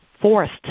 forced